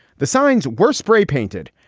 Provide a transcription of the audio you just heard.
the signs were spray painted,